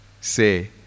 say